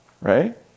Right